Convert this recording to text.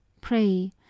Pray